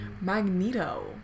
Magneto